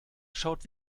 schaut